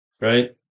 right